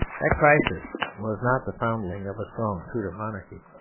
that crisis was not the foundling of a strong tudor monarchy,